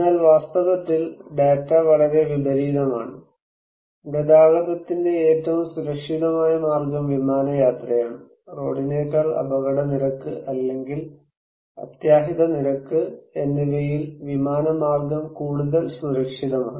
എന്നാൽ വാസ്തവത്തിൽ ഡാറ്റ വളരെ വിപരീതമാണ് ഗതാഗതത്തിന്റെ ഏറ്റവും സുരക്ഷിതമായ മാർഗം വിമാന യാത്രയാണ് റോഡിനേക്കാൾ അപകട നിരക്ക് അല്ലെങ്കിൽ അത്യാഹിത നിരക്ക് എന്നിവയിൽ വിമാനമാർഗ്ഗം കൂടുതൽ സുരക്ഷിതമാണ്